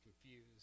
confused